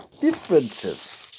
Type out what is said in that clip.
differences